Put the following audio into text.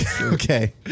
Okay